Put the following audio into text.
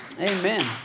Amen